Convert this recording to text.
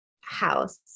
house